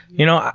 you know,